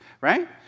right